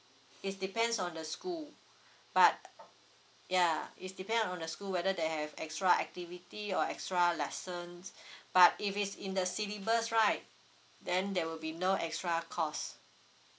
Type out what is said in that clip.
it's depends on the school but yeah it's depend on the school whether they have extra activity or extra lessons but if it's in the syllabus right then there will be no extra cost